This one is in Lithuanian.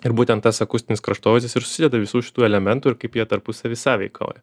ir būtent tas akustinis kraštovaizdis ir susideda visų šitų elementų ir kaip jie tarpusavy sąveikauja